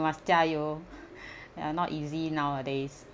must jia you uh not easy nowadays